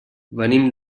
venim